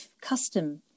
custom